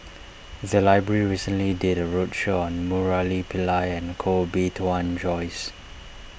the library recently did a roadshow on Murali Pillai and Koh Bee Tuan Joyce